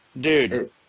dude